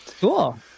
Cool